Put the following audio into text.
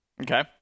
Okay